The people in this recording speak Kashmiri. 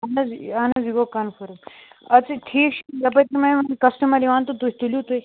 اہن حظ یہِ اہن حظ یہِ گوٚو کَنفٲرٕم اَدٕ سہ ٹھیٖک چھُ یَپٲرۍ چھُ مےٚ یِوان کسٹمَر یِوان تہٕ تُہۍ تُلِو تُہۍ